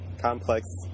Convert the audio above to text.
complex